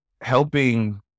helping